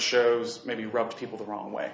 shows maybe rubbed people the wrong way